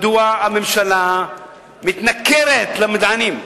מדוע הממשלה מתנכרת למדענים.